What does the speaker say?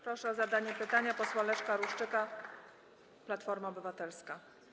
Proszę o zadanie pytania posła Leszka Ruszczyka, Platforma Obywatelska.